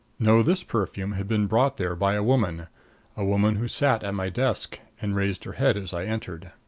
no, this perfume had been brought there by a woman a woman who sat at my desk and raised her head as i entered.